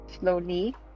slowly